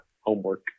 homework